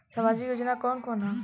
सामाजिक योजना कवन कवन ह?